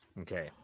Okay